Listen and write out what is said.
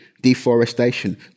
deforestation